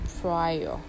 prior